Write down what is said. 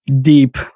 deep